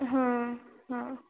हां हां